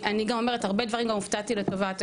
אני גם אומרת, הופתעתי לטובה מהרבה דברים.